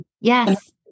Yes